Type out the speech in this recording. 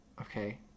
okay